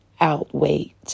outweigh